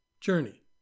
journey